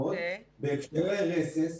בהקשרי רסס,